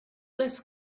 less